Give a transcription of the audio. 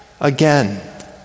Again